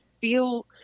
feel